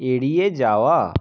এড়িয়ে যাওয়া